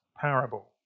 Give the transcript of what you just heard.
parable